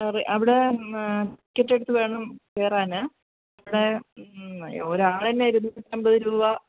അതെ അവിടെ ചുറ്റുവട്ടത്തും കയറാൻ അവിടെ ഒരാളിന് ഇരുന്നൂറ്റമ്പത് രൂപ